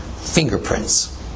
Fingerprints